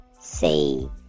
say